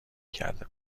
کرده